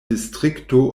distrikto